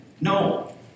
No